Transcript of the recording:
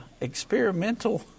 experimental